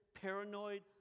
paranoid